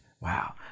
Wow